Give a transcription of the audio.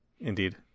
Indeed